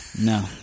No